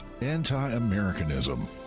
anti-Americanism